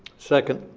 second.